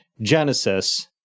genesis